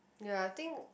ya I think